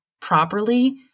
properly